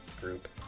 group